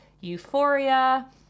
euphoria